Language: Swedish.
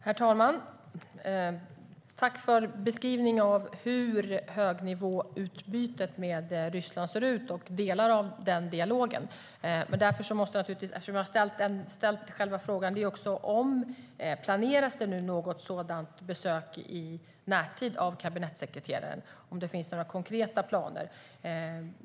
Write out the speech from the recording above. Herr talman! Tack, utrikesministern, för beskrivningen av hur högnivåutbytet med Ryssland ser ut och delar av den dialogen. Jag har också ställt frågan: Planeras det nu något besök av kabinettssekreteraren i närtid - finns det några konkreta planer?